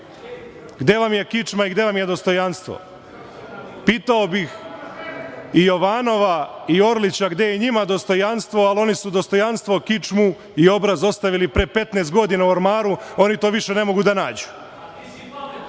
Gde vam je kičma i gde vam je dostojanstvo? Pitao bih i Jovanova i Orlića gde je njima dostojanstvo, ali oni su dostojanstvo, kičmu i obraz ostavili pre 15 godina u ormaru. Oni to više ne mogu da